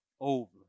over